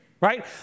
Right